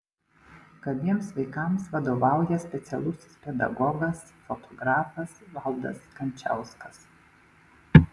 gabiems vaikams vadovauja specialusis pedagogas fotografas valdas kančauskas